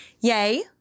yay